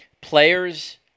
players